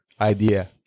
idea